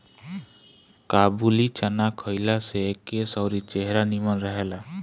काबुली चाना खइला से केस अउरी चेहरा निमन रहेला